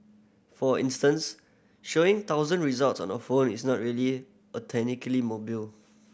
for instance showing thousand results on a phone is not really mobile